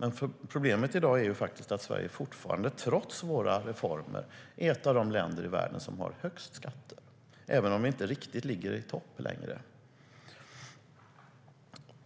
Men problemet i dag är faktiskt att Sverige fortfarande, trots våra reformer, är ett av de länder i världen som har högst skatter, även om vi inte riktigt ligger i topp längre.